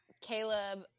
Caleb